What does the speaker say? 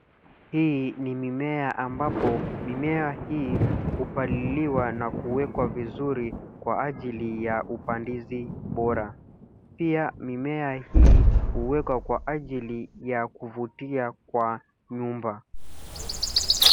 Hii ni mimea ambapo mimea hii hupaliliwa na kuwekwa vizuri kwa ajili ya upandizi bora. Pia mimea hii huwekwa kwa ajili ya kuvutia kwa nyumba.